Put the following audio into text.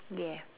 ya